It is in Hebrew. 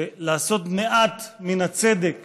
לעשות מעט מן הצדק